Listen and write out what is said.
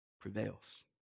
prevails